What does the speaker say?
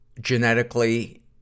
genetically